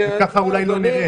וככה אולי לא נרד.